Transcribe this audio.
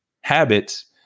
habits